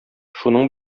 шуның